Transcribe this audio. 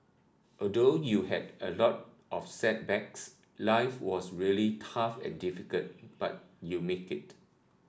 although you had a lot of setbacks life was really tough and difficult but you made it